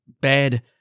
bad